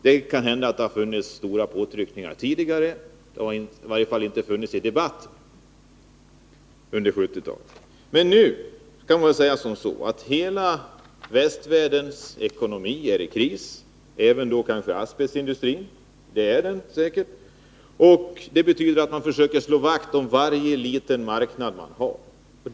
Det kan hända att det tidigare funnits starka påtryckningar, men de har i varje fall inte funnits i debatten under 1970-talet. Det kan nu sägas att hela västvärldens ekonomi är i kris, säkert då även asbestindustrins. Det betyder att man försöker slå vakt om varje liten marknad som finns.